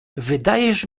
wydajesz